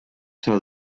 tell